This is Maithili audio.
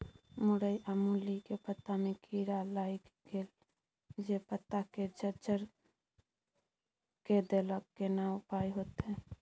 मूरई आ मूली के पत्ता में कीरा लाईग गेल जे पत्ता के जर्जर के देलक केना उपाय होतय?